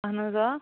اہن حظ آ